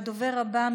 הדובר הבא,